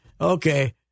okay